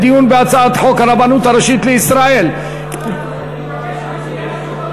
חוק הרבנות הראשית לישראל (הארכת כהונה של הרבנים הראשיים לישראל)